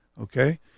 Okay